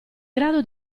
grado